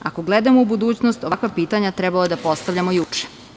Ako gledamo u budućnost, ovakva pitanja trebalo je da postavljamo juče.